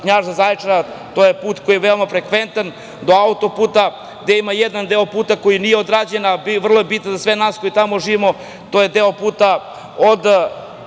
Knjaževca, Zaječara, to je put koji je veoma frekventan, do autoputa gde ima jedan deo puta koji nije odrađen, a vrlo je bitan za sve nas koji tamo živimo, to je deo puta od